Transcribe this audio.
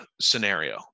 scenario